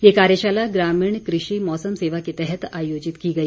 ये कार्यशाला ग्रामीण कृषि मौसम सेवा के तहत आयोजित की गई